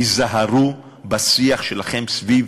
היזהרו בשיח שלכם סביב